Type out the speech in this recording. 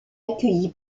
accueilli